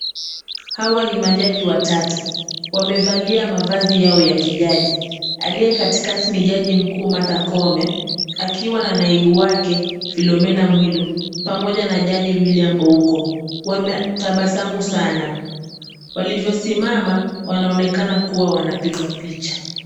Hawa ni majaji watatu. Wamevalia mavazi yao ya kijaji. Aliye katikati ni jaji mkuu Martha Koome, akiwa na naibu wake Philomena Mwilu, pamoja na jaji William Ouko. Wametabasamu sana. Walivyosimama, wanaonekana kuwa wanapigwa picha.